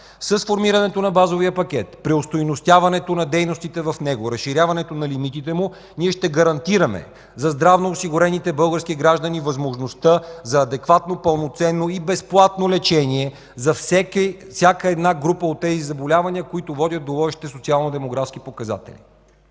С формирането на базовия пакет при остойностяването на дейностите в него, разширяването на лимитите му ние ще гарантираме за здравноосигурените български граждани възможността за адекватно, пълноценно и безплатно лечение за всяка една група от тези заболявания, които водят до лошите социално-демографски показатели.